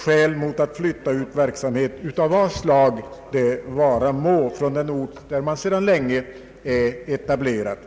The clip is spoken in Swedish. skäl mot att flytta ut verksamhet av vad slag det vara må från den ort där den sedan länge är etablerad.